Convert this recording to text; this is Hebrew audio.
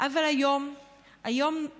אבל היום התברר,